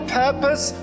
purpose